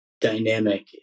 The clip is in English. dynamic